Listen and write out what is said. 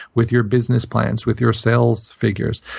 with your business plans, with your sales figures.